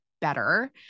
better